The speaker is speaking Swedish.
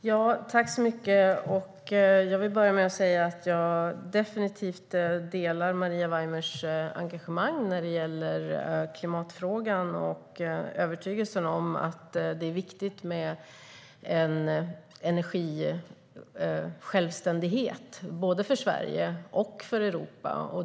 Herr talman! Jag vill börja med att säga att jag definitivt delar Maria Weimers engagemang för klimatfrågan och övertygelsen om att det är viktigt med en energisjälvständighet, både för Sverige och för Europa.